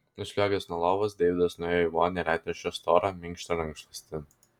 nusliuogęs nuo lovos deividas nuėjo į vonią ir atnešė storą minkštą rankšluostį